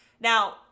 Now